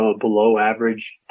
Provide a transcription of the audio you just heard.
below-average